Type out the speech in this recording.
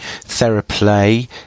theraplay